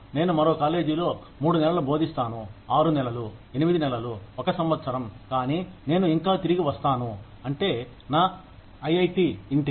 నేను మరో కాలేజీలో మూడు నెలలు బోధిస్తాను ఆరు నెలలు ఎనిమిది నెలలు ఒక సంవత్సరం కానీ నేను ఇంకా తిరిగి వస్తాను అంటే నా ఐఐటి ఇంటికి